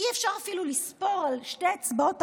אי-אפשר אפילו לספור על שתי אצבעות את